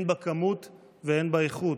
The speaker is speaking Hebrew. הן בכמות והן באיכות,